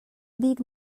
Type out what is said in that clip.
bik